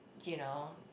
you know